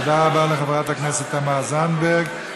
תודה רבה לחברת הכנסת תמר זנדברג.